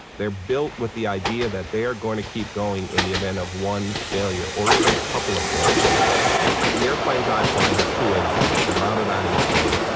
they're built with the idea that they're going to keep going in the event of one failure or even a couple of failures the airplanes i fly have two engines. they're mounted on each wing.